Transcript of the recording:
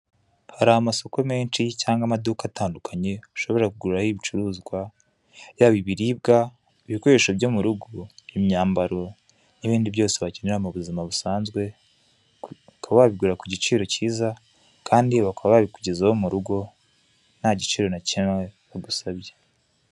Hari amasoko menshi cyangwa amaduka atandukanye ushobora kuguriraho ibicuruzwa yaba ibiribwa, ibikoresho byo mu rugo, imyambaro n'ibindi byose wakenera mu buzima busanzwe, ukaba wabigura ku giciro cyiza kandi bakaba babikugezaho mu rugo nta giciro na kimwe bagusabye.